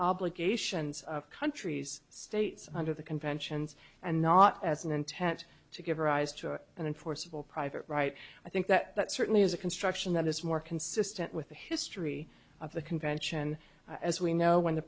obligations of countries states under the conventions and not as an intent to give rise to an enforceable private right i think that that certainly is a construction that is more consistent with the history of the convention as we know when the